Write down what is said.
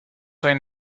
sai